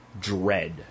dread